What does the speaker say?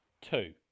Two